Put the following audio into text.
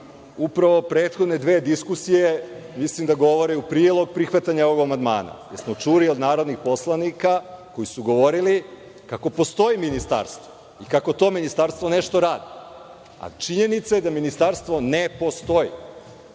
prethodne dve diskusije mislim da govore u prilog prihvatanja ovog amandmana, jer smo čuli od narodnih poslanika koji su govorili kako postoji ministarstvo i kako to ministarstvo nešto radi, a činjenica je da ministarstvo ne postoji.